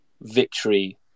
victory